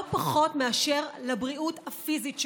לא פחות מאשר לבריאות הפיזית שלהם.